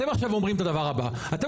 אתם עכשיו אומרים את הדבר הבא: אתם